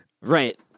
Right